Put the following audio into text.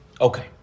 Okay